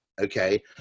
okay